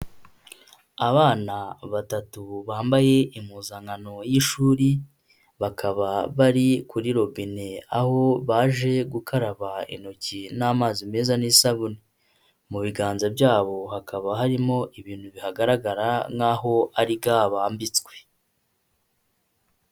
Abana batatu bambaye impuzankano y'ishuri, bakaba bari kuri robine aho baje gukaraba intoki n'amazi meza n'isabune. Mu biganza byabo hakaba harimo ibintu bihagaragara nk'aho ari ga bambitswe.